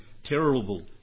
terrible